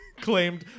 claimed